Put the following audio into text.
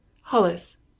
Hollis